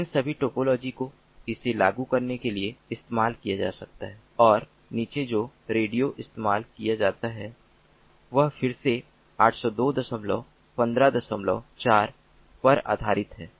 तो इन सभी टोपोलॉजी को इसे लागू करने के लिए इस्तेमाल किया जा सकता है और नीचे जो रेडियो इस्तेमाल किया जाता है वह फिर से 802154 पर आधारित है